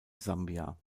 sambia